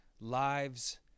lives